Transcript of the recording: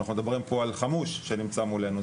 אנחנו מדברים פה על חמוש שנמצא מולנו,